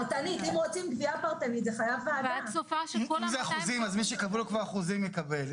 אם זה אחוזים, אז מי שקבעו לו כבר אחוזים מקבל.